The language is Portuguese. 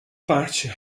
parte